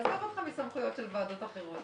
עזוב אותך מסמכויות של ועדות אחרות,